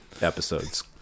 episodes